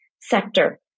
sector